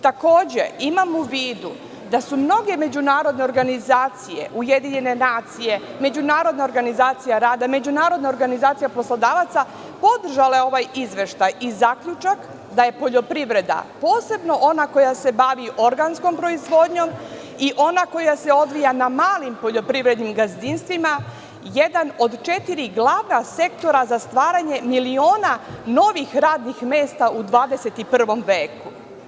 Takođe, imam u vidu da su mnoge međunarodne organizacije, UN, Međunarodna organizacija rada, Međunarodna organizacija poslodavaca, podržale ovaj izveštaj i zaključak da je poljoprivreda, posebno ona koja se bavi organskom proizvodnjom i ona koja se odvija na malim poljoprivrednim gazdinstvima, jedan od četiri glavna sektora za stvaranje miliona novih radnih mesta u 21. veku.